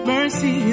Mercy